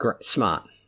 smart